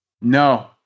No